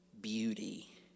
beauty